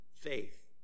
faith